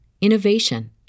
innovation